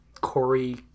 Corey